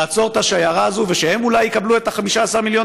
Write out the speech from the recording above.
לעצור את השיירה הזאת ושהם אולי יקבלו את ה-15 מיליון